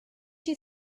you